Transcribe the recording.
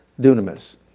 dunamis